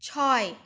ছয়